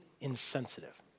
insensitive